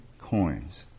coins